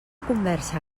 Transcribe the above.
conversa